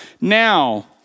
now